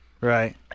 Right